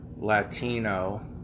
Latino